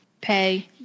pay